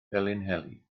felinheli